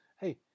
hey